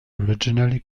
originally